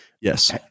Yes